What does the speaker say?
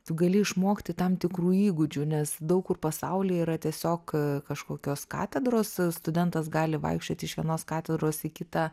tu gali išmokti tam tikrų įgūdžių nes daug kur pasauly yra tiesiog kažkokios katedros studentas gali vaikščioti iš vienos katedros į kitą